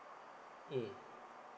mm